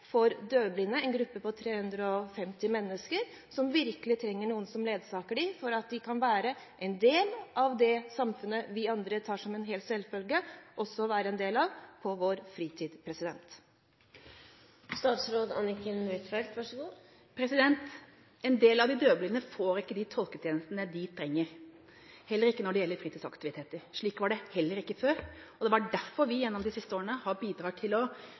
for døvblinde, en gruppe på 350 mennesker, som virkelig trenger noen som ledsager dem for at de kan være en del av det samfunnet vi andre tar som en selvfølge også å være en del av på vår fritid? En del av de døvblinde får ikke de tolketjenestene de trenger, og heller ikke når det gjelder fritidsaktiviteter. Slik var det også før, og derfor har vi de siste årene bidratt til å